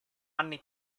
anni